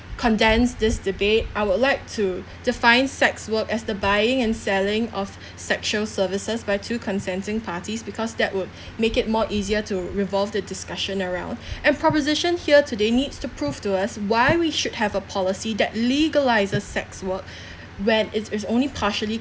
condense this debate I would like to define sex work as the buying and selling of sexual services by two consenting parties because that would make it more easier to revolve the discussion around and proposition here today needs to prove to us why we should have a policy that legalises sex work when it is only partially